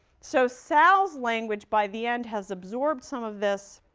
so, sal's language, by the end, has absorbed some of this,